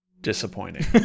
disappointing